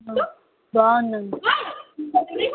మ్మ్ బావుందండి